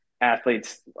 athletes